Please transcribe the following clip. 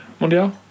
Mondial